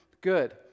good